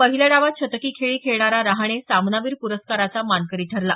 पहिल्या डावात शतकी खेळी खेळणारा रहाणे सामनावीर पुरस्काराचा मानकरी ठरला